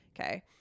Okay